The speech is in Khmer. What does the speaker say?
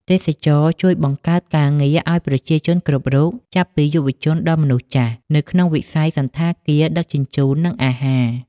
ទេសចរណ៍ជួយបង្កើតការងារឲ្យប្រជាជនគ្រប់រូប ចាប់ពីយុវជនដល់មនុស្សចាស់ នៅក្នុងវិស័យសណ្ឋាគារ ដឹកជញ្ជូន និងអាហារ។